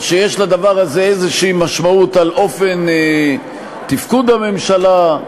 או שיש לדבר הזה איזו משמעות לגבי תפקוד הממשלה,